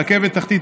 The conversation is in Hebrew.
רכבת תחתית,